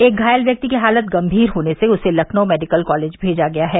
एक घायल व्यक्ति की हालत गंभीर होने से उसे लखनऊ मेडिकल कॉलेज भेजा गया है